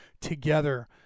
together